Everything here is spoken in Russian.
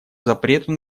запрету